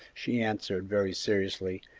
she answered, very seriously,